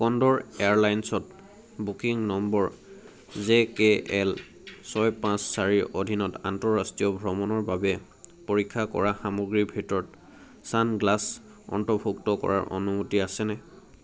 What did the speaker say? condor এয়াৰলাইনছত booking number J K L ছয় পাঁচ চাৰিৰ অধীনত আন্তঃৰাষ্ট্ৰীয় ভ্ৰমণৰ বাবে পৰীক্ষা কৰা সামগ্ৰীৰ ভিতৰত ছানগ্লাছ অন্তৰ্ভুক্ত কৰাৰ অনুমতি আছে নে